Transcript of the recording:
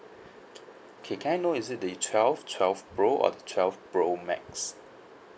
okay can I know is it the twelve twelve pro or the twelve pro max